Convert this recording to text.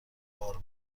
بار